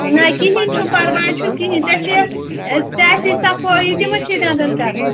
نہ کِہیٖنۍ چھُنہٕ پَرواے چھُنہٕ کِہیٖنۍ ژےٚ چھِ یہِ ژےٚ آسی صفٲیی تہِ ما چھے دنٛدَن کَرٕنۍ